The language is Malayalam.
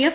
എഫ്